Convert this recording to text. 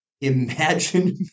Imagine